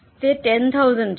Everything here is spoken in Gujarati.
તે 10000 છે